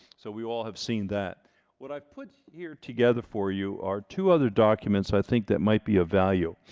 so we all have seen that what i put here together for you are two other documents i think that might be of value